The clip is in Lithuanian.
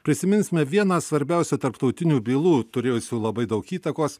prisiminsime vieną svarbiausių tarptautinių bylų turėjusių labai daug įtakos